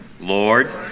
Lord